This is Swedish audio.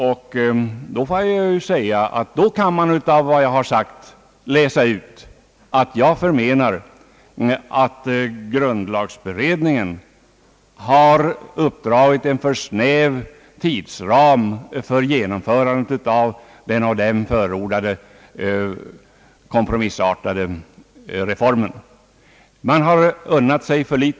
Och då får jag säga att man av vad jag sagt kan läsa ut, att jag förmenar att grundlagberedningen har uppdragit en för snäv tidsram för genomförandet av den kompromissartade reform som beredningen förordat.